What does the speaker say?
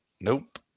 Nope